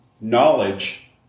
knowledge